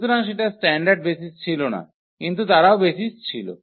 সুতরাং সেটা standard basis ছিল না কিন্তু তারাও বেসিস ছিল